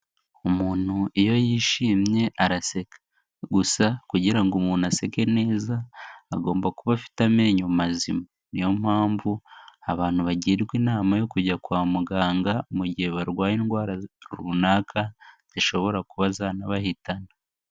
Umuntu iyo yishimye araseka, gusa kugira ngo umuntu aseke neza agomba kuba afite amenyo mazima, ni yo mpamvu abantu bagirwa inama yo kujya kwa muganga mu gihe barwaye indwara runaka zishobora kuba zanabahitana.